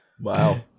Wow